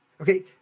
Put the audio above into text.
Okay